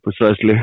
precisely